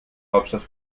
hauptstadt